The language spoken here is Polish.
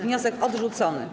Wniosek odrzucony.